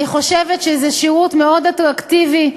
אני חושבת שזה שירות מאוד אטרקטיבי.